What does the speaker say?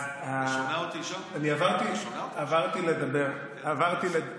אז עברתי לדבר אליך,